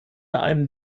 einem